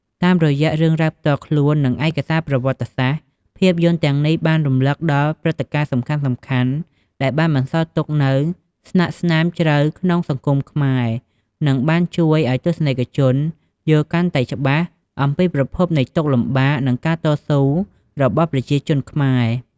តាមរយៈរឿងរ៉ាវផ្ទាល់ខ្លួន និងឯកសារប្រវត្តិសាស្ត្រ ភាពយន្តទាំងនេះបាន រំលឹកដល់ព្រឹត្តិការណ៍សំខាន់ៗ ដែលបានបន្សល់ទុកនូវស្លាកស្នាមជ្រៅក្នុងសង្គមខ្មែរ និងបានជួយឱ្យទស្សនិកជនយល់កាន់តែច្បាស់អំពីប្រភពនៃទុក្ខលំបាក និងការតស៊ូរបស់ប្រជាជនខ្មែរ។